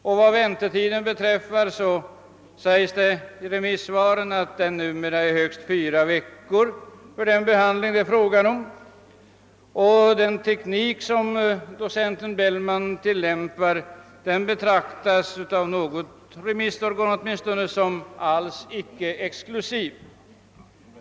Och vad väntetiden för den behandling det här gäller angår sägs det i remissvaren att den numera är högst fyra veckor. Den teknik som docent Bellman tillämpar har också, åtminstone av något remissorgan, beskrivits som alls icke exklusiv.